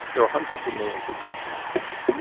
there are hundreds of millions of guns in this country.